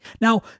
Now